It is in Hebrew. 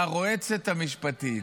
"הרועצת" המשפטית.